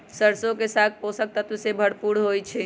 सरसों के साग पोषक तत्वों से भरपूर होई छई